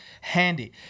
handy